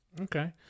Okay